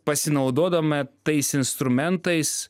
pasinaudodama tais instrumentais